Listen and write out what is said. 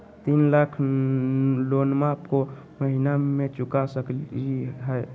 तीन लाख लोनमा को महीना मे चुका सकी हय?